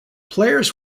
players